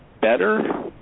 better